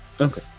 Okay